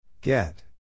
Get